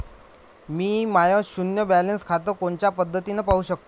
मी माय शुन्य बॅलन्स खातं कोनच्या पद्धतीनं पाहू शकतो?